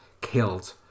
killed